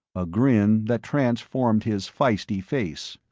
a grin that transformed his feisty face.